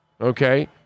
okay